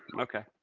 okay.